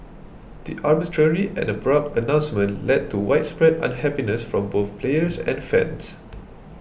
the arbitrary and abrupt announcement led to widespread unhappiness from both players and fans